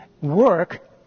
work